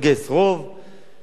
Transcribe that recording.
מה עוד שבמסגרת חוק-יסוד,